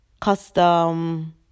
custom